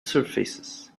surfaces